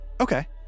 okay